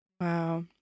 Wow